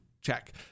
check